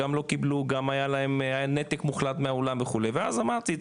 היה נתק מוחלט מהעולם וכו' ואז אמרתי,